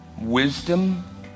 wisdom